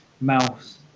Mouse